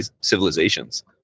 civilizations